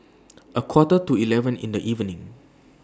A Quarter to eleven in The evening